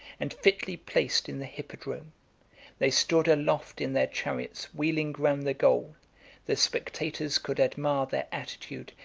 and fitly placed in the hippodrome they stood aloft in their chariots, wheeling round the goal the spectators could admire their attitude,